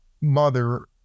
mother